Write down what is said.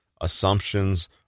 assumptions